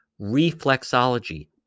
reflexology